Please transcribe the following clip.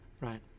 Right